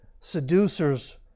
seducers